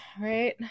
Right